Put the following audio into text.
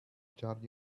charge